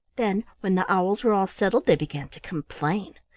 then when the owls were all settled they began to complain.